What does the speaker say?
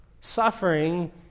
Suffering